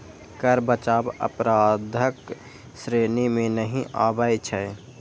कर बचाव अपराधक श्रेणी मे नहि आबै छै